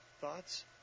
Thoughts